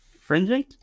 fringing